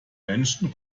menschen